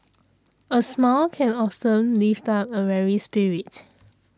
a smile can often lift up a weary spirit